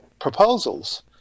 proposals